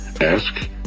Ask